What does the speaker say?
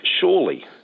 Surely